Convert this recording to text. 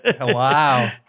Wow